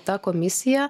ta komisija